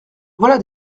voilà